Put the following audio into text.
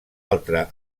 altra